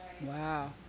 Wow